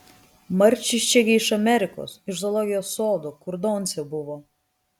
marčius čia gi iš amerikos iš zoologijos sodo kur doncė buvo